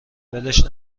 ولش